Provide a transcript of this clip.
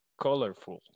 colorful